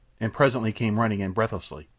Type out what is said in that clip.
and presently came running in breathlessly.